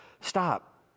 stop